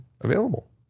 available